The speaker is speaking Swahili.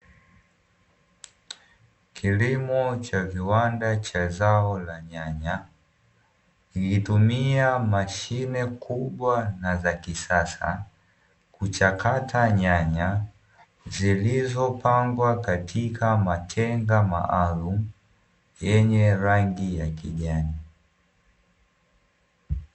Kilimo cha viwanda cha zao la nyanya ikitumia mashine kubwa na za kisasa kuchakata nyanya, zilizopangwa katika matenga maalumu yenye rangi ya kijani.